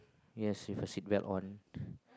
yes with the seatbelt on